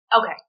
Okay